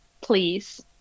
please